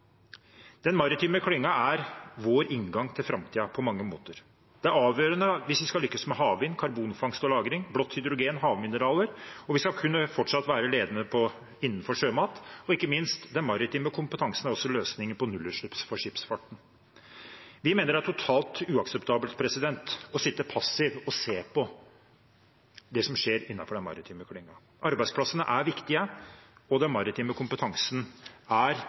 Den maritime klyngen er vår inngang til framtiden på mange måter. Det er avgjørende hvis vi skal lykkes med havvind, karbonfangst og -lagring, blått hydrogen, havmineraler, og hvis vi fortsatt skal kunne være ledende innenfor sjømat. Og ikke minst: Den maritime kompetansen er også løsningen på nullutslipp for skipsfarten. Vi mener det er totalt uakseptabelt å sitte passiv og se på det som skjer innenfor den maritime klyngen. Arbeidsplassene er viktige, og den maritime kompetansen er